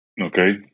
Okay